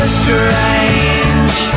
strange